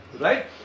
right